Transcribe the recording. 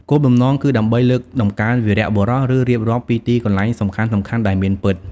គោលបំណងគឺដើម្បីលើកតម្កើងវីរបុរស ឬរៀបរាប់ពីទីកន្លែងសំខាន់ៗដែលមានពិត ។